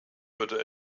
würde